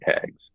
tags